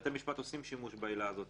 בתי המשפט עושים שימוש בעילה הזאת